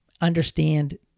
understand